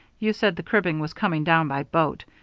you said the cribbing was coming down by boat.